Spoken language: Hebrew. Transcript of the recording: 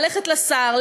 ללכת לשר,